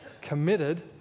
Committed